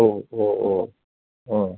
ओहो ओ